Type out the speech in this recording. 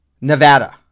Nevada